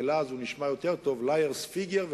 ובלעז הוא נשמע יותר טוב: liars figure,